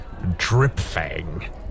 Dripfang